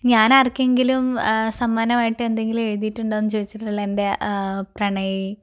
ഞാൻ ആർക്കെങ്കിലും സമ്മാനമായിട്ട് എന്തെങ്കിലും എഴുതിയിട്ടുണ്ടോന്ന് ചോദിച്ചിട്ടുള്ള എൻ്റെ പ്രണയി